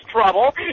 trouble